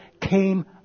came